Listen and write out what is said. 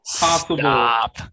possible